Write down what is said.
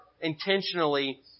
intentionally